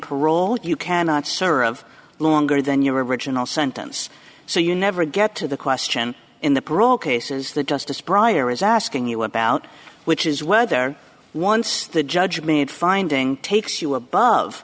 parole you cannot serve longer than your original sentence so you never get to the question in the parole case is that justice briar is asking you about which is whether once the judge made finding takes you above